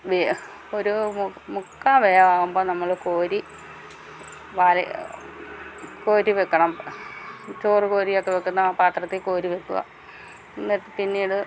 വേ ഒരു മു മുക്കാവേവാവുമ്പം നമ്മൾ കോരി വാലെ കോരി വെക്കണം ചോറ് കൊരിയെക്കെ വെക്കുന്ന ആ പാത്രത്തിൽ കോരി വെക്കുക എന്നിട്ട് പിന്നീട്